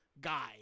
guy